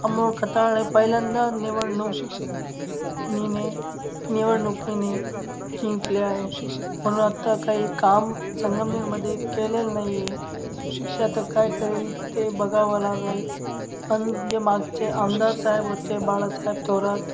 अमोल खताळ हे पहिल्यांदा निवडणुक नीने निवडणुकीने जिंकले आहे म्हणून आता काही काम संगमनेरमध्ये केलेलं नाही आहे ते आता काय करेल ते बघावं लागेल पण जे मागचे आमदार साहेब होते बाळासाहेब थोरात